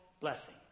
blessing